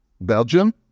Belgium